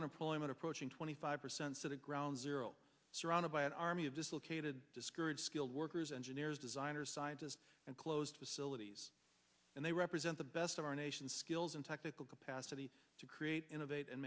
unemployment approaching twenty five percent so the ground zero surrounded by an army of dislocated discourage skilled workers engineers designers scientists and closed facilities and they represent the best of our nation skills and technical capacity to create innovate and